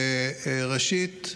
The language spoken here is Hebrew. ראשית,